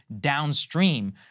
downstream